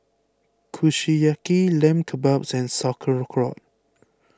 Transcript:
Kushiyaki Lamb Kebabs and Sauerkraut